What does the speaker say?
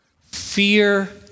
fear